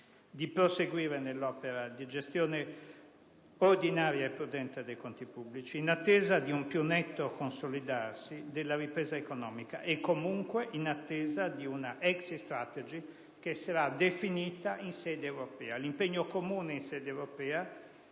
di proseguire nell'opera di gestione ordinaria e prudente dei conti pubblici, in attesa di un più netto consolidarsi della ripresa economica e, comunque, in attesa di una *exit strategy* che sarà definita in sede europea. L'impegno in sede europea